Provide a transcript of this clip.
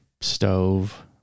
stove